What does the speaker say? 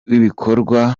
w’ibikorwa